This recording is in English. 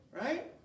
Right